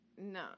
No